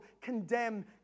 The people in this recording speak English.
condemn